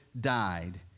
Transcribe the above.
died